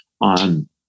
on